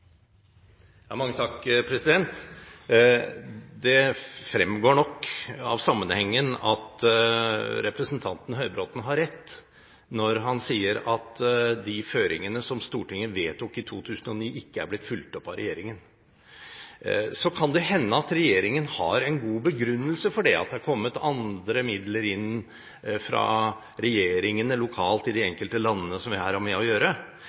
har rett når han sier at de føringene som Stortinget vedtok i 2009, ikke er blitt fulgt opp av regjeringen. Så kan det hende at regjeringen har en god begrunnelse for det, at det har kommet andre midler inn fra regjeringene lokalt i de enkelte landene som vi her har med å gjøre.